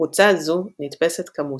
קבוצה זו נתפשת כמושא,